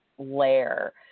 layer